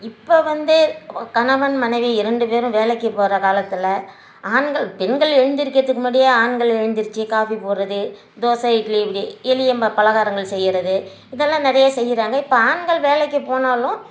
இப்போ வந்து கணவன் மனைவி இரண்டு பேரும் வேலைக்க்கு போகிற காலத்தில் ஆண்கள் பெண்கள் எழுந்திரிக்கிறதுக்கு முன்னாடியே ஆண்கள் எழுந்திருச்சு காஃபி போடுகிறது தோசை இட்லி இப்படி எளிய பலகாரங்கள் செய்கிறது இதெல்லாம் நிறைய செய்கிறாங்க இப்போ ஆண்கள் வேலைக்கு போனாலும்